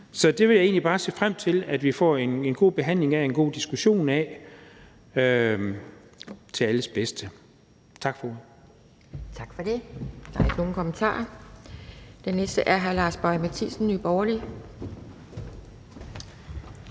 Det vil jeg egentlig bare se frem til at vi får en god behandling og diskussion af – til alles bedste. Tak for ordet.